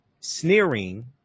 Sneering